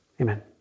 Amen